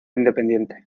independiente